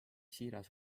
siiras